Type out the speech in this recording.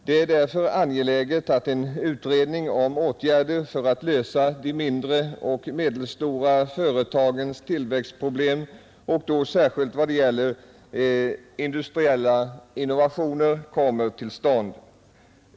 Det är därför angeläget att en utredning om åtgärder för att lösa de mindre och medelstora företagens tillväxtproblem och då särskilt vad gäller industriella innovationer kommer till stånd.